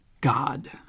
God